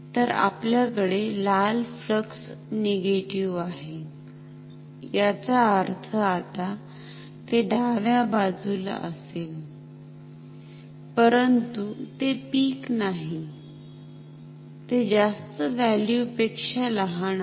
तर आपल्याकडे लाल फ्लक्स निगेटिव्ह आहे याचा अर्थ आता ते डाव्या बाजुला असेल परंतु ते पीक नाही ते जास्त व्हॅल्यु पेक्षा लहान आहे